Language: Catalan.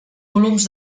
volums